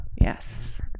Yes